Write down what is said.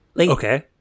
Okay